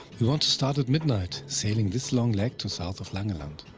we want to start at midnight, sailing this long leg to south of langeland.